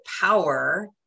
power